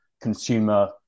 consumer